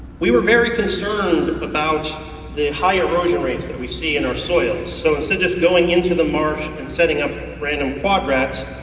we were very concerned about the high erosion rates that we see in our soil, so instead of just going into the marsh and setting up random quad graphs,